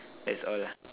that's all lah